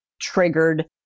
triggered